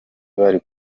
bari